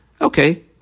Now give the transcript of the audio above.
Okay